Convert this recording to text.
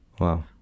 Wow